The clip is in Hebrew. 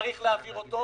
צריך להעביר אותו.